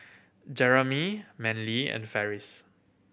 Jeremy Manly and Farris